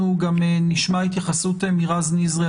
אנחנו גם נשמע התייחסות מרז נזרי,